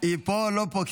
היא פה או לא פה?